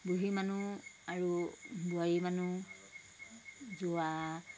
বুঢ়ী মানুহ আৰু বোৱাৰী মানুহ যোৱা